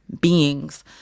beings